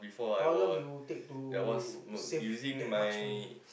how long you take to save that much money